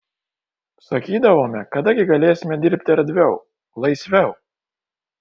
sakydavome kada gi galėsime dirbti erdviau laisviau